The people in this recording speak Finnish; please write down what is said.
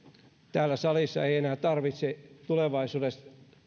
täällä salissa ei enää tarvitse tulevaisuudessa